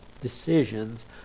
decisions